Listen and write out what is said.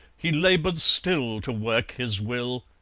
he laboured still to work his will,